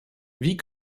wie